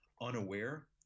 unaware